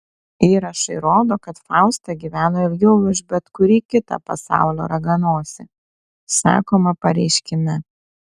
įrašai rodo kad fausta gyveno ilgiau už bet kurį kitą pasaulio raganosį sakoma pareiškime